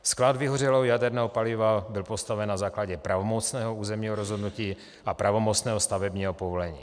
Sklad vyhořelého jaderného paliva byl postaven na základě pravomocného územního rozhodnutí a pravomocného stavebního povolení.